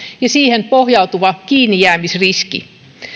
ja siihen pohjautuva kiinnijäämisriski